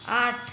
आठ